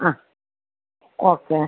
അ okay